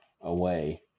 away